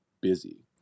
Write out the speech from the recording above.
busy